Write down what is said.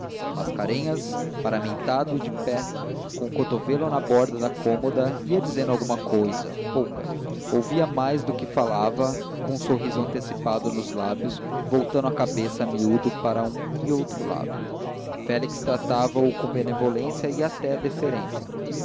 mascarenhas paramentado e de pé com o cotovelo na borda da cômoda ia dizendo alguma cousa pouca ouvia mais do que falava com um sorriso antecipado nos lábios voltando a cabeça a miúdo para um ou outro félix tratava-o com benevolência e até deferência